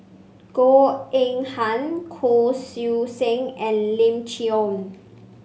Goh Eng Han Kuo Sui Sen and Lim Chee Onn